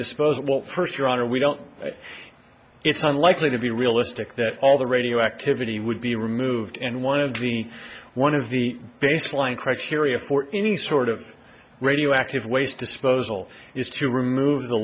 what first your honor we don't it's unlikely to be realistic that all the radioactivity would be removed and one of the one of the baseline criteria for any sort of radioactive waste disposal is to remove the